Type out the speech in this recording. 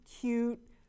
cute